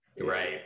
Right